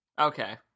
Okay